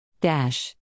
dash